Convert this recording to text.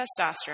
testosterone